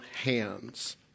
hands